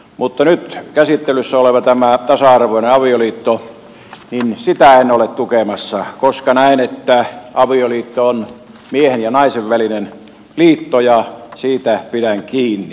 mutta nyt käsittelyssä olevaa tasa arvoista avioliittoa en tule tukemassa koska näen että avioliitto on miehen ja naisen välinen liitto ja siitä pidän kiinni